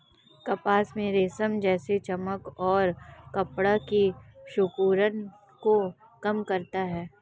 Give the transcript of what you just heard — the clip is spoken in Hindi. कपास में रेशम जैसी चमक और कपड़ा की सिकुड़न को कम करता है